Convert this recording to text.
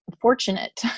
fortunate